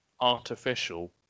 artificial